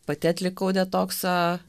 pati atlikau detoksą